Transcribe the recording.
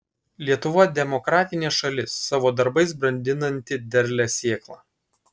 lietuva demokratinė šalis savo darbais brandinanti derlią sėklą